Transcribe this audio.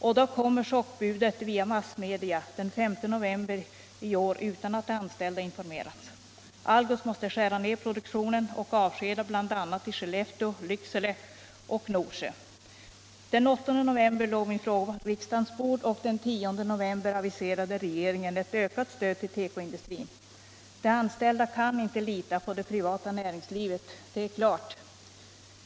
Och då kommer chockbudet via massmedia den 5 november i år utan att de anställda informerats: Algots måste skära ned produktionen och avskeda bl.a. i Skellefteå, Lycksele och Norsjö. Den 8 november låg min fråga på riksdagens bord och den 10 november aviserade regeringen ett ökat stöd till tekoindustrin. De anställda kan inte lita på det privata näringslivet, det är klart.